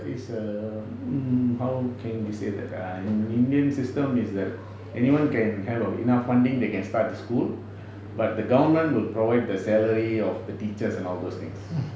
is a mm how can you say that err in indian system is that anyone can have err enough funding they can start the school but the government will provide the salary of the teachers and all those things